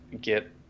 get